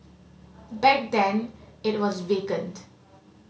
back then it was vacant